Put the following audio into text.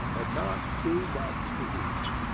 and not too much to eat.